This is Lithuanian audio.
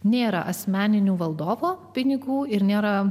nėra asmeninių valdovo pinigų ir nėra